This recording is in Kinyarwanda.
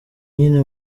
niwe